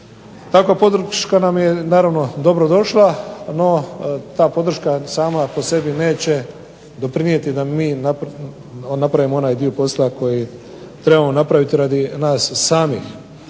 Takva podrška nam je dobrodošla, no ta podrška sama po sebi neće pridonijeti da mi napravimo onaj dio posla koji trebamo napraviti radi nas samih.